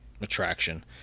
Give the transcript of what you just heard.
attraction